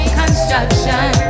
construction